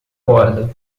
corda